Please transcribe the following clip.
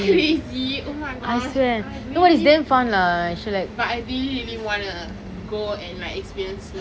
are you crazy oh my gosh I really but I really really wanna go and like experience snow